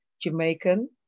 Jamaican